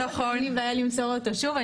אין לי בעיה למסור אותו שוב.